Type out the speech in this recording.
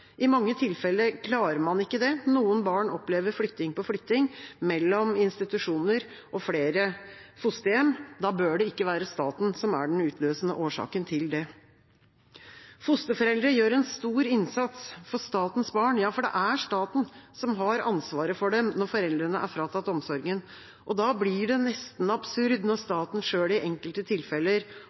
I mange tilfeller klarer man ikke det. Noen barn opplever flytting på flytting mellom institusjoner og flere fosterhjem. Da bør det ikke være staten som er den utløsende årsaken til det. Fosterforeldre gjør en stor innsats for statens barn. Ja, for det er staten som har ansvaret for dem når foreldrene er fratatt omsorgen. Da blir det nesten absurd når staten selv i enkelte tilfeller